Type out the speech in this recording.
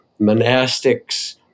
monastics